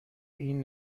این